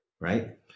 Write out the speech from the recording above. right